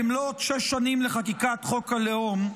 במלאת שש שנים לחקיקת חוק הלאום,